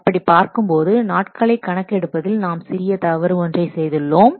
அப்படி பார்க்கும்போது நாட்களை கணக்கு எடுப்பதில் நாம் சிறிய தவறு ஒன்றை செய்துள்ளோம்